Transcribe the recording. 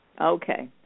Okay